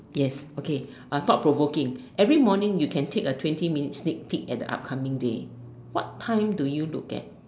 yes okay thought provoking every morning you can take a twenty minute sneak peak at the up coming day what time do you look at